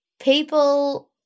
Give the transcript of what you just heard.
people